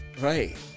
right